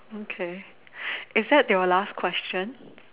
okay is that your last question